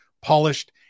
polished